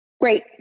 Great